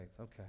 Okay